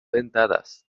dentadas